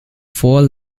four